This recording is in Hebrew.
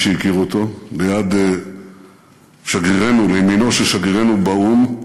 למי שהכיר אותו, לימינו של שגרירנו באו"ם,